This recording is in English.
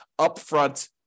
upfront